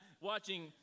watching